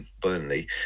Burnley